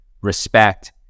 respect